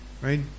Right